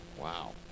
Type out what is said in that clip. Wow